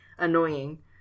annoying